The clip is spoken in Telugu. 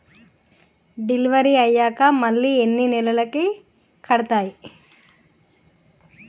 డెలివరీ అయ్యాక మళ్ళీ ఎన్ని నెలలకి కడుతాయి?